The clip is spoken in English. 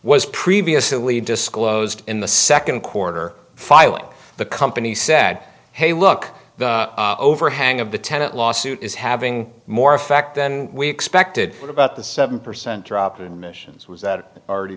was previously disclosed in the second quarter filing the company said hey look the overhang of the tenant lawsuit is having more effect than we expected what about the seven percent drop admissions was already